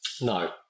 No